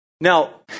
Now